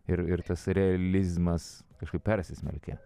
ir ir tas realizmas kažkaip persismelkia